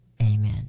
Amen